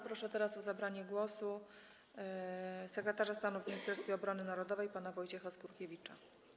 Proszę teraz o zabranie głosu sekretarza stanu w Ministerstwie Obrony Narodowej pana Wojciecha Skurkiewicza.